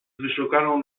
wyszukaną